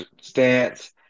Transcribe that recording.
stance